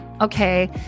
okay